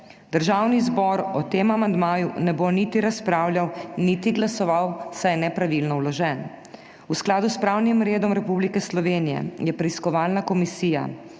Državni zbor o tem amandmaju ne bo niti razpravljal niti glasoval, saj je nepravilno vložen. V skladu s pravnim redom Republike Slovenije je preiskovalna komisija